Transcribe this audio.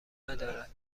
ندارد